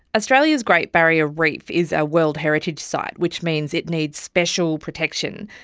australia's great barrier reef is a world heritage site which means it needs special protection.